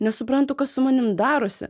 nesuprantu kas su manim darosi